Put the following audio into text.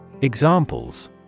Examples